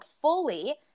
fully